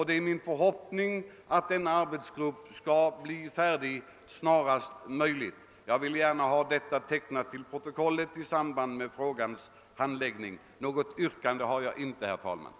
Det är min förhoppning att denna arbetsgrupp skall bli färdig så snart som möjligt. Jag vill gärna ha detta antecknat till protokollet i samband med frågans handläggning. Något yrkande har jag inte, herr talman.